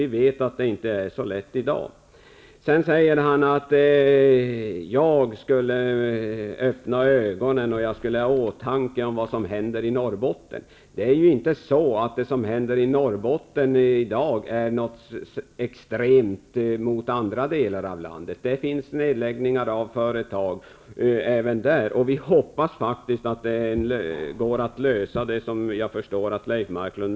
Vi vet att det inte är så lätt i dag. Leif Marklund säger att jag skall öppna ögonen, och att jag skall ha i åtanke vad som händer i Norrbotten. Det som händer i Norrbotten i dag är inte extremt jämfört med vad som händer i andra delar av landet. Det sker nedläggningar av företag även i andra delar av Sverige. Vi hoppas att det går att lösa detta med Ovako i Luleå.